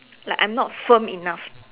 like I'm not firm enough